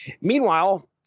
Meanwhile